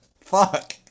Fuck